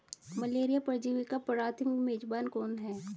Malaria परजीवी का प्राथमिक मेजबान कौन है?